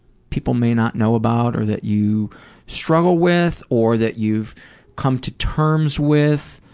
people may not know about or that you struggle with or that you've come to terms with?